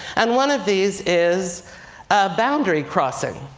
and one of these is boundary crossing.